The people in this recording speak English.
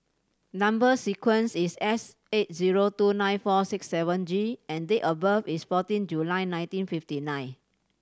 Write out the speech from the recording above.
number sequence is S eight zero two nine four six seven G and date of birth is fourteen July nineteen fifty nine